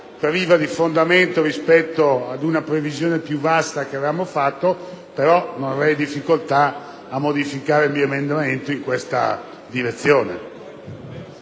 priva di effetti rispetto alla previsione più vasta che avevamo avanzato, ma non avrei difficoltà a modificare il mio emendamento in tale direzione.